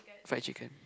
fried chicken